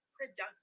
productive